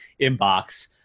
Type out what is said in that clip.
inbox